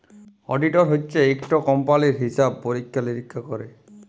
auditor হছে ইকট কম্পালির হিসাব পরিখ্খা লিরিখ্খা ক্যরে